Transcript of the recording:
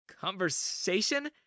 Conversation